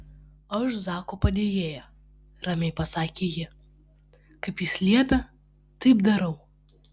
aš zako padėjėja ramiai pasakė ji kaip jis liepia taip darau